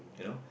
you know